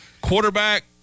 quarterback